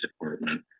Department